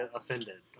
offended